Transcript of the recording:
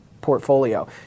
portfolio